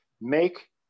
make